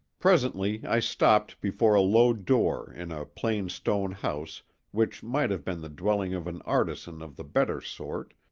presently i stopped before a low door in a plain stone house which might have been the dwelling of an artisan of the better sort,